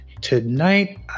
Tonight